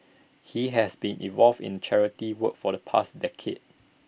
he has been involved in charity work for the past decade